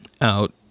out